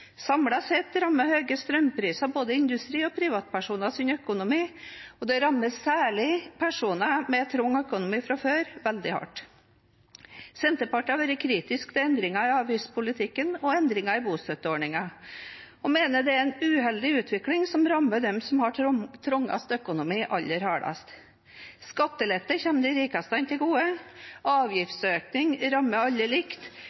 sett rammer høye strømpriser både industri og privatpersoners økonomi, og det rammer særlig personer med trang økonomi fra før veldig hardt. Senterpartiet har vært kritisk til endringer i avgiftspolitikken og endringer i bostøtteordningen, og mener det er en uheldig utvikling som rammer dem som har trangest økonomi, aller hardest. Skattelette kommer de rikeste til gode. Avgiftsøkning rammer alle likt,